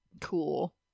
Cool